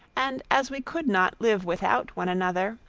and as we could not live without one another,